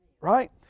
Right